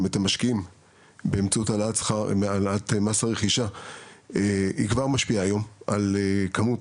את המשקיעים באמצעות העלאת מס הרכישה היא כבר משפיעה היום על כמות